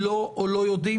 "לא" או "לא יודעים",